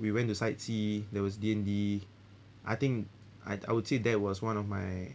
we went to sightsee there was D and D I think I'd I would say that was one of my